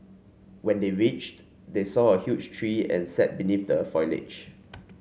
when they reached they saw a huge tree and sat beneath the foliage